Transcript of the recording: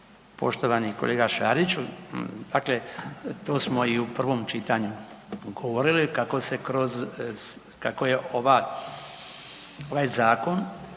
Poštovani kolega Šariću. Dakle, to smo i u prvom čitanju govorili kako je ovaj zakon